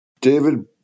David